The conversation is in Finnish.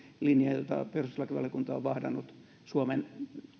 linja jota perustuslakivaliokunta on vahdannut suomen